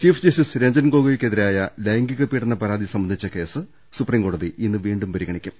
chief justice Ranjan ഗൊഗോയ്ക്കെതിരായ ലൈംഗികപീഡന പരാതി സംബന്ധിച്ച കേസ് സുപ്രീംകോടതി ഇന്ന് വീണ്ടും പരിഗ ണിക്കും